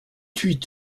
huit